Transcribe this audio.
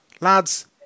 lads